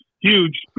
huge